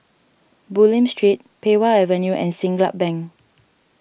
Bulim Street Pei Wah Avenue and Siglap Bank